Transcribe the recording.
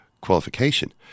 qualification